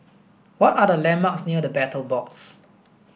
what are the landmarks near The Battle Box